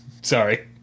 Sorry